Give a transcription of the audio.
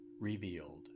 revealed